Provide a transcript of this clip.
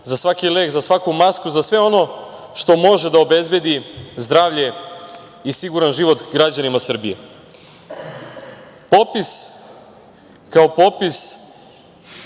za svaki lek, za svaku masku, za sve ono što može da obezbedi zdravlje i siguran život građanima Srbije. Popis kao popis